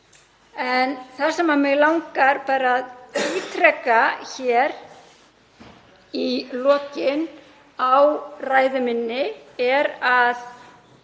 En það sem mig langar að ítreka hér í lokin á ræðu minni er að